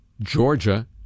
Georgia